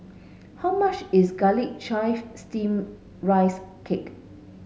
how much is garlic chive steam rice cake